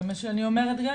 זה מה שאני אומרת גם.